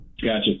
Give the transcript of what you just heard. Gotcha